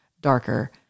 darker